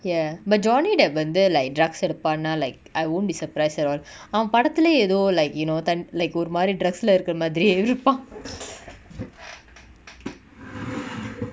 ya but johnny depp வந்து:vanthu like drugs எடுப்பானா:edupanaa like I won't be surprise at all அவ படத்துலயே எதோ:ava padathulaye etho like you know than~ like ஒருமாரி:orumari drugs lah இருக்குர மாதிரியே இருப்பா:irukura maathiriye irupa